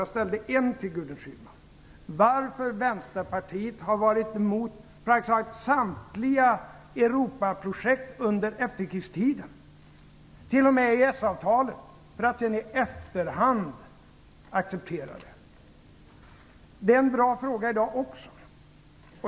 Jag ställde en till Gudrun Schyman: Varför har Vänsterpartiet varit emot samtliga Europaprojekt - t.o.m. EES-avtalet - under efterkrigstiden, för att sedan i efterhand acceptera det? Det är en bra fråga i dag också.